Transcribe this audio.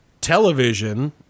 television